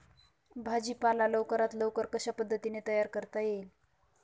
भाजी पाला लवकरात लवकर कशा पद्धतीने तयार करता येईल?